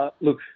Look